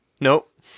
Nope